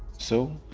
so,